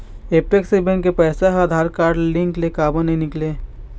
Apex bank के पैसा हा आधार कारड लिंक ले काबर नहीं निकले?